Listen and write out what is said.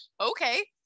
okay